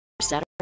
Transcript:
Saturday